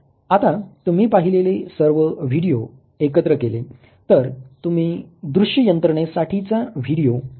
आता तुम्ही पाहिलेले सर्व व्हिडिओ एकत्र केले तर तुम्ही दृश्य यंत्रणेसाठीचा व्हिडीओ पाहू शकता